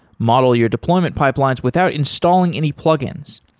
model your deployment pipelines without installing any plug-ins.